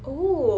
oo